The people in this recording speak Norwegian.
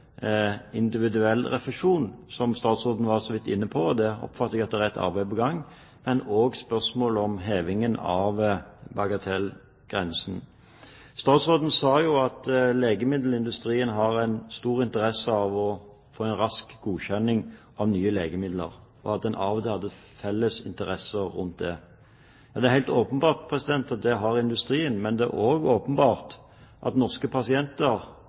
individuell refusjon, som statsråden så vidt var inne på, og der jeg oppfatter at det er et arbeid på gang, men også spørsmålet om heving av bagatellgrensen. Statsråden sa at legemiddelindustrien har stor interesse av å få en rask godkjenning av nye legemidler, og at en der har felles interesser. Det er helt åpenbart at industrien har det, men det er også åpenbart at norske pasienter,